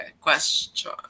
Question